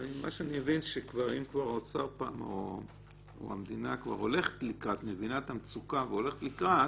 אבל אני מבין שאם האוצר או המדינה כבר מבינים את המצוקה והולכים לקראת,